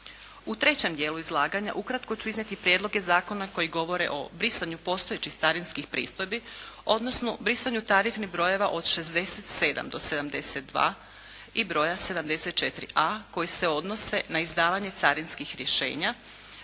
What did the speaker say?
U trećem dijelu izlaganja ukratko ću iznijeti prijedloge zakona koji govore o brisanju postojećih carinskih pristojbi odnosno tarifnih brojeva od 67 do 72 i broja 74, a koji se odnose na izdavanje carinskih rješenja,